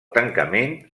tancament